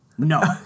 No